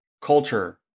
culture